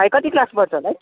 भाइ कति क्लास पढ्छ होला है